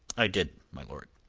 i did, my lord.